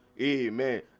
Amen